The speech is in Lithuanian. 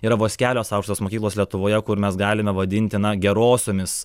yra vos kelios aukštojos mokyklos lietuvoje kur mes galime vadinti na gerosiomis